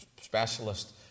specialist